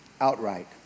outright